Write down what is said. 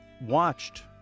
watched